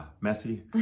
messy